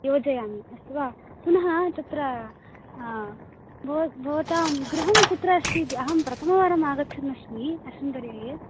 योजयामि अस्तु वा पुनः तत्र भवतां गृहं कुत्र अस्ति अहं प्रथमवारं आगच्छन्नस्मि अस्मिन् पर्याये